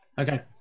okay